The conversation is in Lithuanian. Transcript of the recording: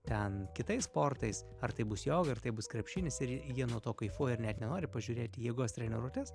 ten kitais sportais ar tai bus joga ar tai bus krepšinis ir jie nuo to kaifuoja ir net nenori pažiūrėti į jėgos treniruotes